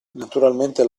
naturalmente